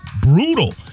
brutal